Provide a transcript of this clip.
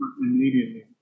immediately